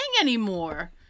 anymore